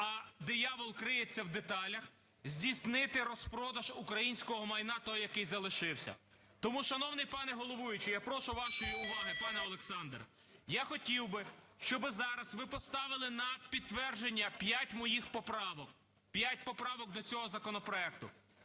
а диявол криється в деталях, здійснити розпродаж українського майна, того, який залишився. Тому шановний пане головуючий, я прошу вашої уваги, пане Олександр. Я хотів би, щоби зараз ви поставили на підтвердження п'ять моїх поправок, п'ять поправок до цього законопроекту.